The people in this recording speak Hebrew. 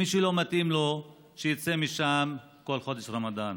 מי שלא מתאים לו, שיצא משם כל חודש רמדאן.